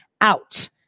out